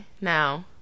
now